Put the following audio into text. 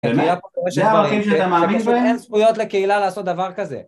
זה הערכים שאתה מאמין בהם? אין זכויות לקהילה לעשות דבר כזה.